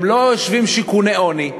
הם לא יושבים בשיכוני עוני,